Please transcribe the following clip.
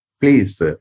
please